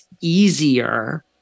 easier